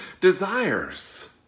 desires